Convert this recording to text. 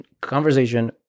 conversation